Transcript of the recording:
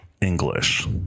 English